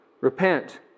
Repent